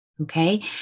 Okay